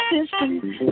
system